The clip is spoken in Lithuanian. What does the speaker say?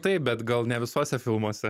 taip bet gal ne visuose filmuose